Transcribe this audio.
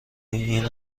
این